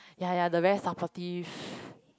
ya ya the very supportive